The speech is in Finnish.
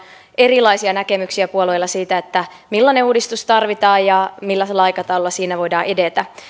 erilaisia näkemyksiä siitä millainen uudistus tarvitaan ja millaisella aikataululla siinä voidaan edetä